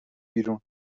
بیرون